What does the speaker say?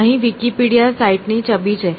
તો અહીં વિકિપીડિયા સાઇટની છબી છે